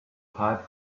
pipe